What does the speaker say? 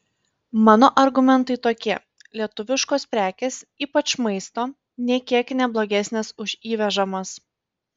mano argumentai tokie lietuviškos prekės ypač maisto nė kiek ne blogesnės už įvežamas